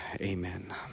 Amen